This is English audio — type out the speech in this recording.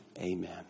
Amen